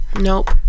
nope